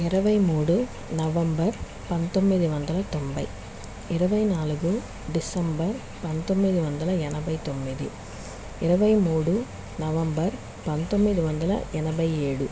ఇరవై మూడు నవంబర్ పంతొమ్మిది వందల తొంభై ఇరవై నాలుగు డిసెంబర్ పంతొమ్మిది వందల ఎనభై తొమ్మిది ఇరవై మూడు నవంబర్ పంతొమ్మిది వందల ఎనభై ఏడు